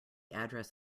address